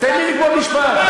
תן לי לגמור משפט.